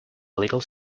little